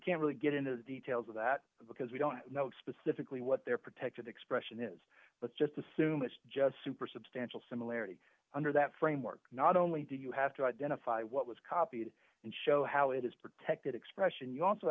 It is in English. can't really get into the details of that because we don't know specifically what their protected expression is but just assume it's just super substantial similarity under that framework not only do you have to identify what was copied and show how it is protected expression you also